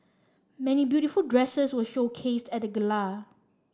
many beautiful dresses were showcased at the gala